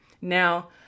now